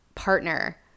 partner